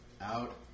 out